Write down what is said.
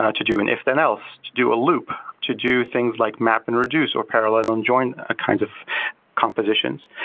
ah to do an if than else, to do a loop, to do things like map and reduce or parallel and join ah kinds of compositions.